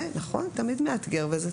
נכון, תמיד מאתגר וזה טוב.